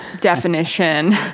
definition